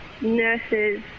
nurses